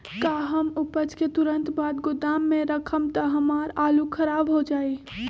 का हम उपज के तुरंत बाद गोदाम में रखम त हमार आलू खराब हो जाइ?